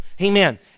Amen